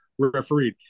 refereed